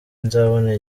nzabona